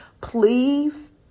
please